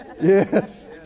Yes